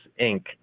Inc